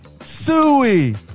Suey